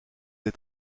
des